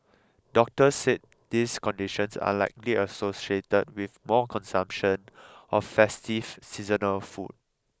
doctors said these conditions are likely associated with more consumption of festive seasonal food